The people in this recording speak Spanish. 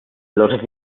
los